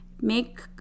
Make